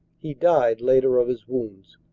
he died later of his wounds.